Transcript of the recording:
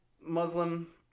Muslim